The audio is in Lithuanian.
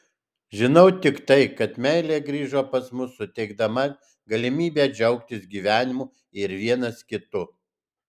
žinau tik tai kad meilė grįžo pas mus suteikdama galimybę džiaugtis gyvenimu ir vienas kitu